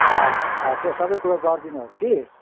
अँ अँ त्यो सबै कुरो गरिदिनुहोस् कि